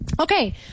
Okay